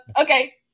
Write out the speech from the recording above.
okay